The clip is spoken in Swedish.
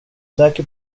säker